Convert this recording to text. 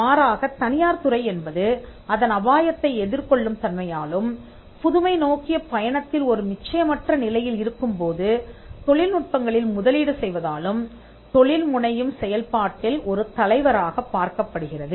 மாறாகத் தனியார் துறை என்பது அதன் அபாயத்தை எதிர்கொள்ளும் தன்மையாலும்புதுமை நோக்கிய பயணத்தில் ஒரு நிச்சயமற்ற நிலையில் இருக்கும்போது தொழில்நுட்பங்களில் முதலீடு செய்வதாலும் தொழில்முனையும் செயல்பாட்டில் ஒரு தலைவராகப் பார்க்கப்படுகிறது